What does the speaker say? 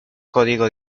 código